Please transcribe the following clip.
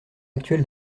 actuel